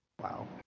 Wow